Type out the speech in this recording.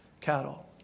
cattle